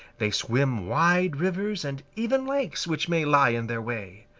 they swim wide rivers and even lakes which may lie in their way.